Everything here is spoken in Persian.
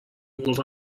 گفت